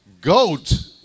Goat